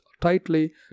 tightly